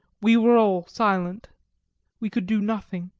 we were all silent we could do nothing.